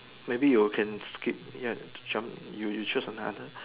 maybe you can skip ya tram you choose another